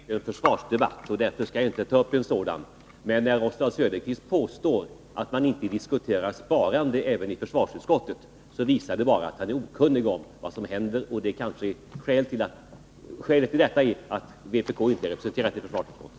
Herr talman! Det här är inte en försvarsdebatt, och jag skall inte heller ta upp en sådan. Men när Oswald Söderqvist påstår att man inte också i försvarsutskottet diskuterar besparingar vill jag säga, att det bara visar att han är okunnig om vad som där förekommer. Skälet till detta är kanske att vpk inte är representerat i försvarsutskottet.